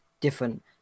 different